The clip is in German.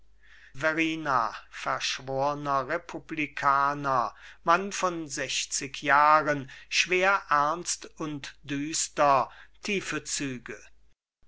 verrina verschworner republikaner mann von sechzig jahren schwer ernst und düster tiefe züge